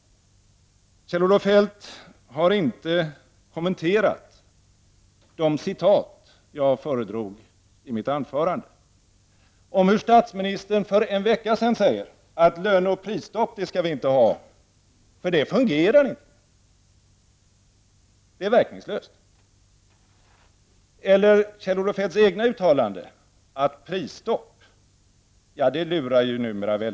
Kjell-Olof Feldt har inte kommenterat de citat jag föredrog i mitt anförande, om hur statsministern för en vecka sedan sade att vi inte skall ha löneoch prisstopp därför att det inte fungerar, det är verkningslöst. Kjell-Olof Feldt gjorde också uttalanden om att prisstopp numera lurar väldigt få.